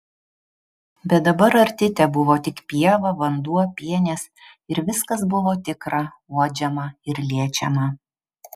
bet dabar arti tebuvo tik pieva vanduo pienės ir viskas buvo tikra uodžiama ir liečiama